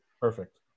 Perfect